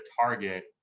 target